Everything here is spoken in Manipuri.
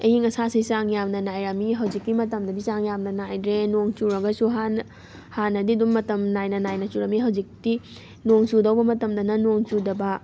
ꯑꯌꯤꯡ ꯑꯁꯥꯁꯦ ꯆꯥꯡ ꯌꯥꯝꯅ ꯅꯥꯏꯔꯝꯃꯤ ꯍꯧꯖꯤꯛꯀꯤ ꯃꯇꯝꯗꯗꯤ ꯆꯥꯡ ꯌꯥꯝꯅ ꯅꯥꯏꯗ꯭ꯔꯦ ꯅꯣꯡ ꯆꯨꯔꯒꯁꯨ ꯍꯥꯟꯅ ꯍꯥꯟꯅꯗꯤ ꯑꯗꯨꯝ ꯃꯇꯝ ꯅꯥꯏꯅ ꯅꯥꯏꯅ ꯆꯨꯔꯝꯃꯤ ꯍꯧꯖꯤꯛꯇꯤ ꯅꯣꯡ ꯆꯨꯗꯧꯕ ꯃꯇꯝꯗꯅ ꯅꯣꯡ ꯆꯨꯗꯕ